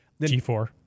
G4